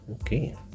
Okay